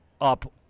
up